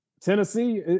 Tennessee